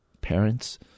parents